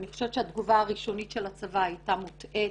אני חושבת שהתגובה הראשונית של הצבא הייתה מוטעית,